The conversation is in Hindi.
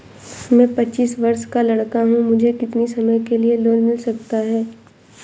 मैं पच्चीस वर्ष का लड़का हूँ मुझे कितनी समय के लिए लोन मिल सकता है?